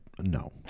No